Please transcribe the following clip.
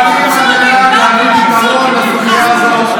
לעומתכם, פועלים על מנת להביא פתרון לסוגיה הזו.